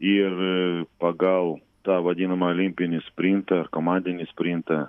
ir pagal tą vadinamą olimpinį sprintą ar komandinį sprintą